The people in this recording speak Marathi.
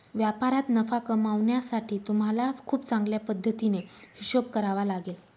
व्यापारात नफा कमावण्यासाठी तुम्हाला खूप चांगल्या पद्धतीने हिशोब करावा लागेल